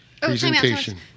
presentation